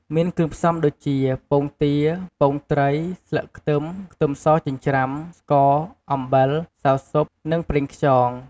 មានគ្រឿងផ្សំដូចជា ពងទា ពងត្រី ស្លឹកខ្ទឹម ខ្ទឹមសចិញ្ច្រាំ ស្ករ អំបិល ម្សៅស៊ុប និងប្រេងខ្យង។